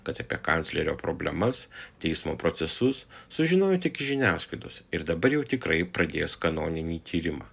kad apie kanclerio problemas teismo procesus sužinojo tik žiniasklaidos ir dabar jau tikrai pradės kanoninį tyrimą